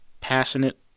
passionate